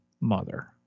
mother